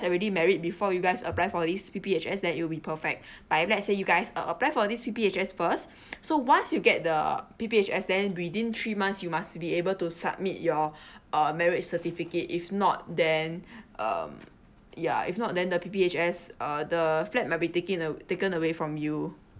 already married before you guys apply for this P_P_H_S then it'll be perfect time but if let's say you guys uh apply for this P_P_H_S first so once you get the P_P_H_S then within three months you must be able to submit your uh marriage certificate if not then um ya if not then the P_P_H_S uh the flat might be taking in a taken away from you